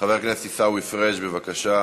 חבר הכנסת עיסאווי פריג', בבקשה.